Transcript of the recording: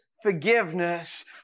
forgiveness